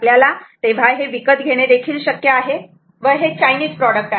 आपल्याला हे विकत घेणे देखील शक्य आहे व हे चायनीज प्रॉडक्ट आहे